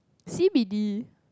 C_B_D